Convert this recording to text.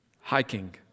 Hiking